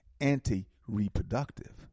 anti-reproductive